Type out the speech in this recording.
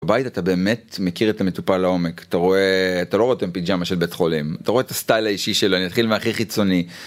בבית אתה באמת מכיר את המטופל לעומק. אתה רואה, אתה לא רואה את הפיג'מה של בית חולים, אתה רואה את הסטייל האישי שלו, אני אתחיל מההכי חיצוני.